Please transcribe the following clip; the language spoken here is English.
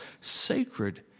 sacred